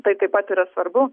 tai taip pat yra svarbu